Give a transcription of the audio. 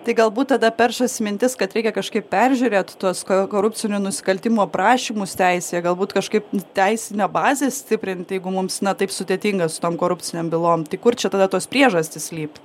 tai galbūt tada peršasi mintis kad reikia kažkaip peržiūrėt tuos ko korupcinio nusikaltimo prašymus teisėje galbūt kažkaip teisinę bazę stiprint jeigu mums ne taip sudėtinga su tom korupcinėm bylom tai kur čia tada tos priežastys slypi